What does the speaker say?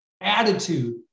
Attitude